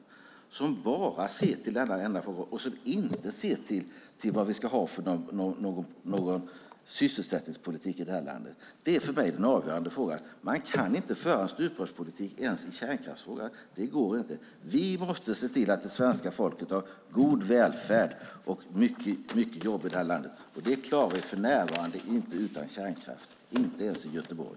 De ser bara till denna enda fråga och inte till vad vi ska ha för sysselsättningspolitik i det här landet. Det är för mig den avgörande frågan. Man kan inte föra en stuprörspolitik ens i kärnkraftsfrågan. Det går inte. Vi måste se till att det svenska folket har en god välfärd och att det finns många jobb i det här landet. Det klarar vi för närvarande inte utan kärnkraft - inte ens i Göteborg.